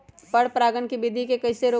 पर परागण केबिधी कईसे रोकब?